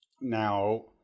Now